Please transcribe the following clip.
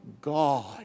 God